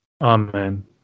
Amen